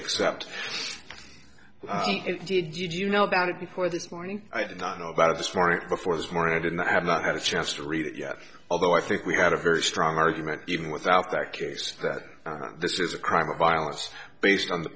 accept it did you know about it before this morning i didn't know about it this morning before this morning i didn't i have not had a chance to read it yet although i think we had a very strong argument even without that case that this is a crime of violence based on the